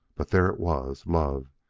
but there it was, love,